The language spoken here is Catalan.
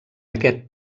aquest